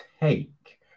take